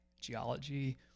geology